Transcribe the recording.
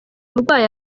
burwayi